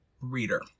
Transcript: reader